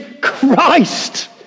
Christ